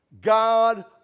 God